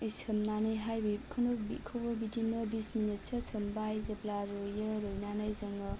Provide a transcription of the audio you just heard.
सोमनानैहाय बेखौनो बेखौबो बिदिनो बिस मिनिटसो सोमबाय जेब्ला रुइयो रुइनानै जोङो